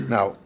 Now